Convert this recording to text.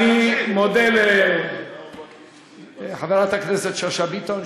אני מודה לחברת הכנסת שאשא ביטון,